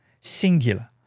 singular